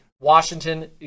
Washington